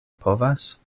povas